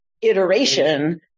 iteration